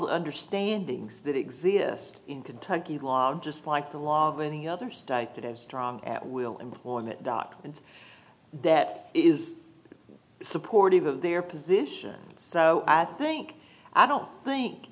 the understandings that exist in kentucky law just like the law of any other state that have strong at will employment doctrines that is the supportive of their positions so i think i don't think